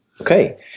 Okay